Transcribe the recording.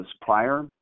prior